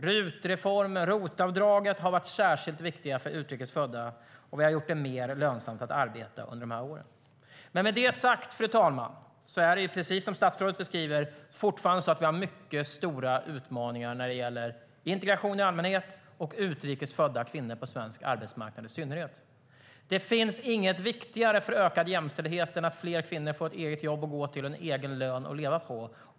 RUT-reformen och ROT-avdraget har varit särskilt viktigt för utrikes födda, och vi har gjort det mer lönsamt att arbeta under de här åren. Med detta sagt har vi, precis som statsrådet beskriver det, fortfarande mycket stora utmaningar när det gäller integration i allmänhet och utrikes födda kvinnor på svensk arbetsmarknad i synnerhet. Det finns inget viktigare för ökad jämställdhet än att fler kvinnor får ett eget jobb att gå till och en egen lön att leva på.